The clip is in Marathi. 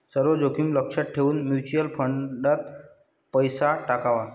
सर्व जोखीम लक्षात घेऊन म्युच्युअल फंडात पैसा टाकावा